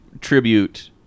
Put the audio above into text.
tribute